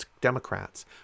Democrats